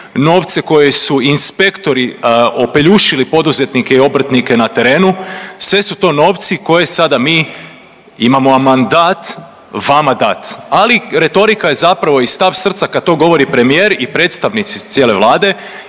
novce koje su inspektori opeljušili poduzetnike i obrtnike na terenu, sve su to novci koje sada mi imamo vam dat, vama dat. Ali retorika je zapravo i stav srca kad to govori premijer i predstavnici cijele Vlade